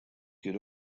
could